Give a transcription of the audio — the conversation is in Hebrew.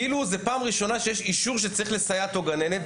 כאילו זאת פעם ראשונה שיש אישור שצריך לסייעת או לגננת,